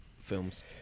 films